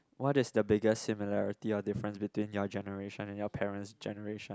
what is the biggest similarity or difference between your generation and your parent's generation